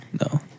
No